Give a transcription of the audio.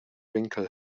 winkel